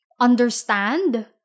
understand